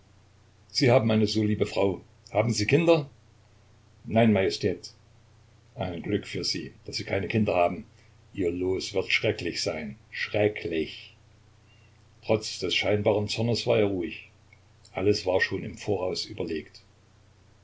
sie haben eine so liebe frau haben sie kinder nein majestät ein glück für sie daß sie keine kinder haben ihr los wird schrecklich sein schrecklich trotz des scheinbaren zorns war er ruhig alles war schon im voraus überlegt